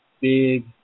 big